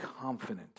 confident